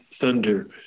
thunder